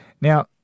Now